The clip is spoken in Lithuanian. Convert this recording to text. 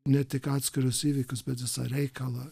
ne tik atskirus įvykius bet visą reikalą